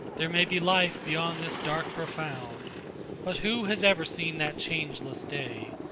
there may be life beyond this dark profound but who has ever seen that changeless day?